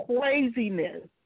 Craziness